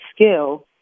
skill